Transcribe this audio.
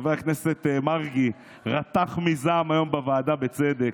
חבר הכנסת מרגי רתח מזעם היום בוועדה, בצדק.